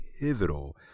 pivotal